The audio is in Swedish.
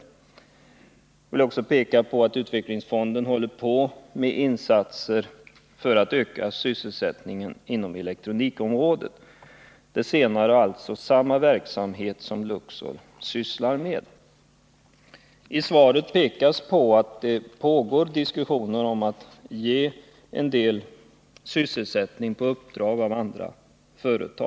Jag vill också peka på att utvecklingsfonden förbereder insatser för att öka sysselsättningen inom elektronikområdet; det senare alltså samma verksamhet som Luxor sysslar med. I svaret pekas på att det pågår diskussioner om att ge en del sysselsättning på uppdrag av andra företag.